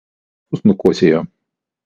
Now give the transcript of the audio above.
kas mano raktus nukosėjo